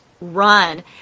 run